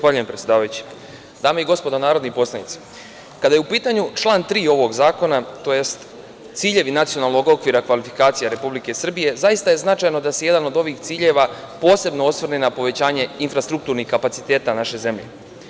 Dame i gospodo narodni poslanici, kada je u pitanju član 3. ovog zakona, odnosno ciljevi Nacionalnog okvira kvalifikacija Republike Srbije, zaista je značajno da se jedan od ovih ciljeva posebno osvrne na povećanje infrastrukturnih kapaciteta naše zemlje.